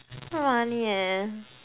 so funny leh